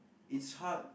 it's hard